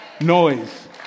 noise